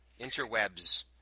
interwebs